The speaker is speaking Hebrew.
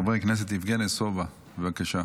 חבר הכנסת יבגני סובה, בבקשה.